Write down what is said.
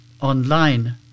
online